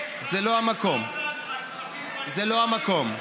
מיקי, על כספים קואליציוניים, זה לא המקום.